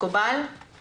אני